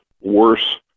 worse